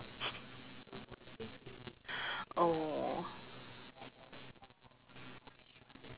oh